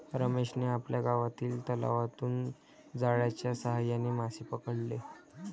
रमेशने आपल्या गावातील तलावातून जाळ्याच्या साहाय्याने मासे पकडले